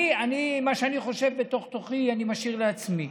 אני, את מה שאני חושב בתוך-תוכי אני משאיר לעצמי.